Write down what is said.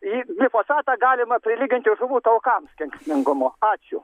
į fosatą galima prilyginti žuvų taukams kenksmingumu ačiū